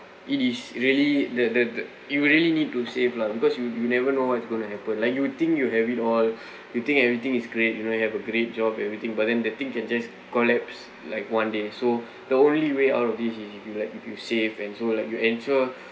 it is really the the you really need to save lah because you you never know what's going to happen like you think you have it all you think everything is great you know have a great job everything but then the thing can just collapse like one day so the only way out of this you like if you save and so like you ensure